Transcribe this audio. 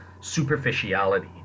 superficiality